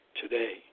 today